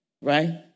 right